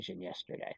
yesterday